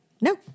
no